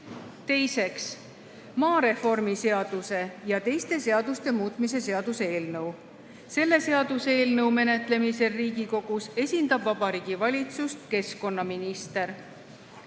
Teiseks, maareformi seaduse ja teiste seaduste muutmise seaduse eelnõu. Selle seaduseelnõu menetlemisel Riigikogus esindab Vabariigi Valitsust keskkonnaminister.